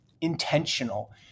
intentional